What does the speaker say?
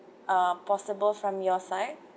uh possible from your side